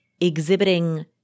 exhibiting